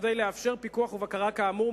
וכדי לאפשר פיקוח ובקרה כאמור,